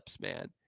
man